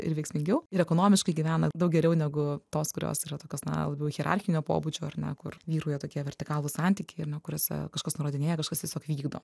ir veiksmingiau ir ekonomiškai gyvena daug geriau negu tos kurios yra tokios na labiau hierarchinio pobūdžio ar ne kur vyrauja tokie vertikalūs santykiai ar ne kuriuose kažkas nurodinėja kažkas tiesiog vykdo